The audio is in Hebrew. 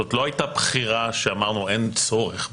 זו לא הייתה בחירה שאמרנו שאין צורך בבדיקה,